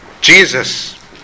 Jesus